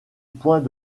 points